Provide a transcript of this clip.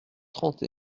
trente